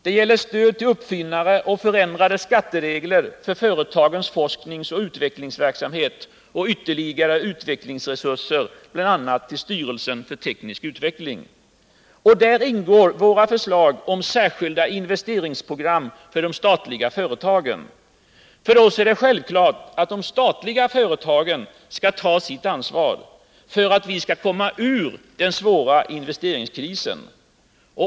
Det gäller stöd till uppfinnare och förändrade Och där ingår våra förslag om särskilda investeringsprogram för de statliga företagen. För oss är det självkiart att de statliga företagen skall ta sitt ansvar för att vi skall komma ur den svåra investeringskrisen.